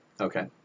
okay